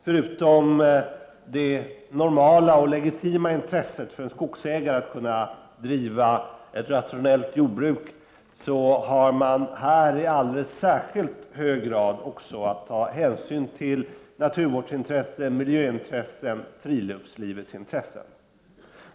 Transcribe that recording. Förutom det normala och legitima intresset för en skogsägare att kunna bedriva ett rationellt jordbruk har man här i alldeles särskilt hög grad också att ta hänsyn till naturvårdsintressen, miljöintressen och friluftslivets intressen.